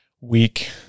week